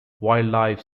wildlife